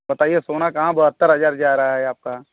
बताइए सोना कहाँ बहत्तर हज़ार जा रहा है आपका